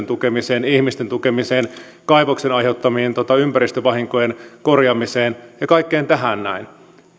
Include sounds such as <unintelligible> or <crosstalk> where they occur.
<unintelligible> tukemiseen ihmisten tukemiseen kaivoksen aiheuttamien ympäristövahinkojen korjaamiseen ja kaikkeen tähän näin